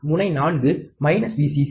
முனை 4 VCC